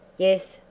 yes,